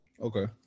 Okay